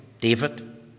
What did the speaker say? David